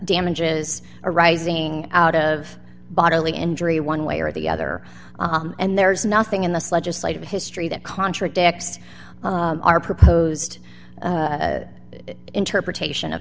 damages arising out of bodily injury one way or the other and there is nothing in this legislative history that contradicts our proposed interpretation of